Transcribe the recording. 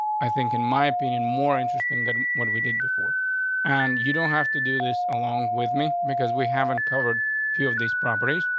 i think, in my opinion, more interesting that when we didn't before and you don't have to do this along with me because we haven't covered a few of these properties.